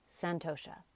Santosha